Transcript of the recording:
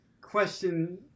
question